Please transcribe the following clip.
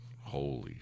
holy